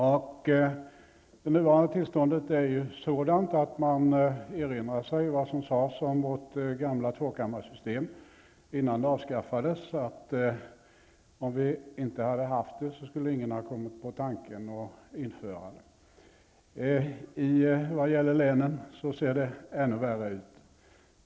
Det nuvarande tillståndet är sådant att man erinrar sig vad som sades om vårt gamla tvåkammarsystem innan det avskaffades, att om vi inte hade haft det skulle ingen ha kommit på tanken att införa det. Vad gäller länen ser det ännu värre ut.